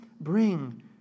bring